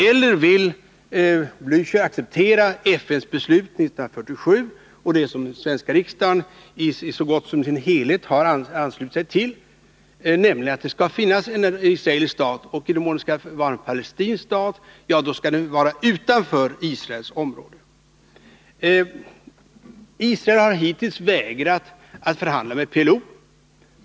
Eller vill Raul Blächer acceptera FN:s beslut 1947, som den svenska riksdagen så gott som enhälligt har anslutit sig till, att det skall finnas en israelisk stat och att en eventuell palestinsk stat skall ligga utanför Israels område? Israel har hittills vägrat att förhandla med PLO.